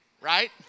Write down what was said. right